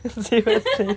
seriously